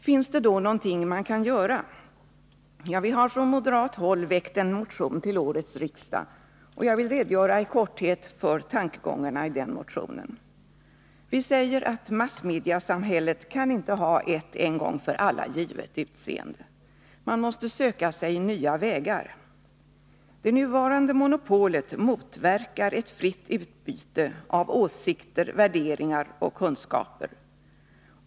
Finns det då något man kan göra? Vi har från moderat håll väckt en motion till årets riksdag, och jag vill redogöra i korthet för tankegångarna i den motionen. Vi säger att massmediesamhället inte kan ha ett en gång för alla givet utseende. Man måste söka sig nya vägar. Det nuvarande monopolet motverkar ett fritt utbyte av åsikter, värderingar och kunskaper.